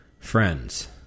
Friends